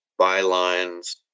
bylines